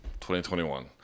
2021